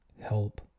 help